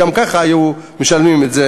שגם ככה היו משלמים את זה,